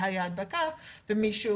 שזו הייתה הדבקה במוסד חינוך,